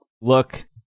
look